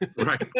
right